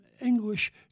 English